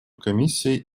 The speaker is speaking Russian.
комиссией